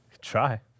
try